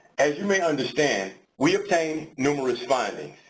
as you may understand, we obtained numerous findings.